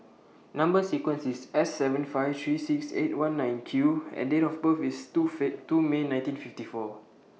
Number sequence IS S seven five three six eight one nine Q and Date of birth IS two two May nineteen fifty four